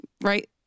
right